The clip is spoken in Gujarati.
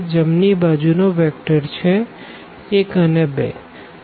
જમણી બાજુ નો વેક્ટર છે 1 અને 2